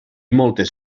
moltes